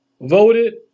voted